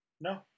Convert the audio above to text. No